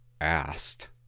asked